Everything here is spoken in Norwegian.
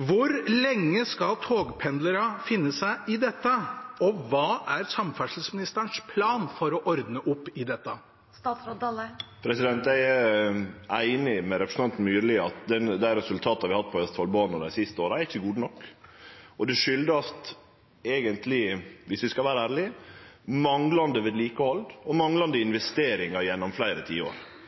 Hvor lenge skal togpendlerne finne seg i dette, og hva er samferdselsministerens plan for å ordne opp i dette? Eg er einig med representanten Myrli i at dei resultata vi har hatt på Østfoldbanen dei siste åra, ikkje er gode nok, og det skuldast eigentleg – viss vi skal vere ærlege – manglande vedlikehald og manglande investeringar gjennom fleire tiår.